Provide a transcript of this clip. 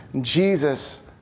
Jesus